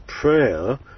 prayer